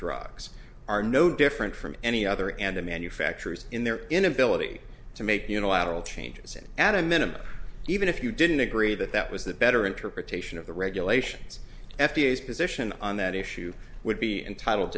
drugs are no different from any other and the manufacturers in their inability to make unilateral changes in adam minima even if you didn't agree that that was the better interpretation of the regulations f d a is position on that issue would be entitled